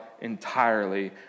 entirely